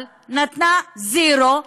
אבל נתנה זירו,